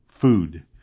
Food